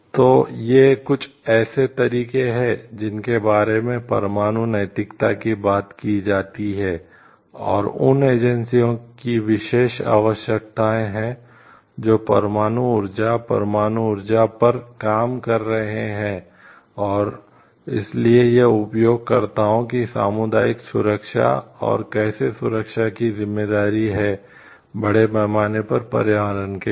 इसलिए ये कुछ ऐसे तरीके हैं जिनके बारे में परमाणु नैतिकता की बात की जाती है और उन एजेंसियों की विशेष आवश्यकताएं हैं जो परमाणु ऊर्जा परमाणु ऊर्जा पर काम कर रहे हैं और इसलिए यह उपयोगकर्ताओं की सामुदायिक सुरक्षा और कैसे सुरक्षा की ज़िम्मेदारी है बड़े पैमाने पर पर्यावरण के लिए